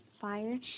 fire